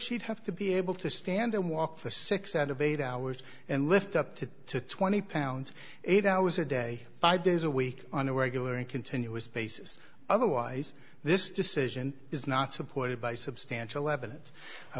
she'd have to be able to stand and walk the six out of eight hours and lift up to twenty pounds eight hours a day five days a week on a regular and continuous basis otherwise this decision is not supported by substantial evidence i